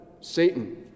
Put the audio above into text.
Satan